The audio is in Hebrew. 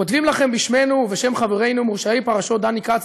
כותבים לכם בשמנו ובשם חברינו מורשעי פרשות דני כץ,